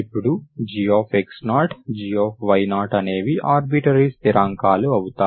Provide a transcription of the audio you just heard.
ఇప్పుడు gx0 gy0 అనేవి arbitrary స్థిరాంకాలు అవుతాయి